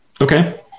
Okay